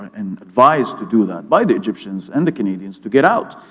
and advised to do that by the egyptians and the canadians to get out,